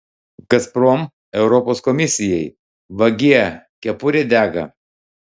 gazprom europos komisijai vagie kepurė dega